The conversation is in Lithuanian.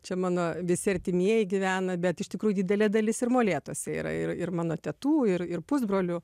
čia mano visi artimieji gyvena bet iš tikrųjų didelė dalis ir molėtuose yra ir mano tetų ir ir pusbrolių